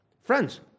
Friends